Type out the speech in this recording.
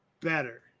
better